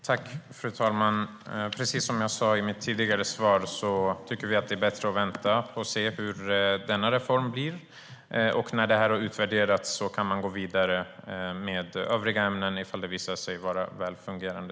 Fru talman! Precis som jag sa i mitt tidigare svar tycker vi att det är bättre att vänta och se hur reformen blir. När den har utvärderats kan man gå vidare med övriga ämnen, ifall systemet visar sig vara välfungerande.